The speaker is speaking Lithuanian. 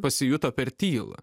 pasijuto per tylą